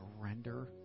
surrender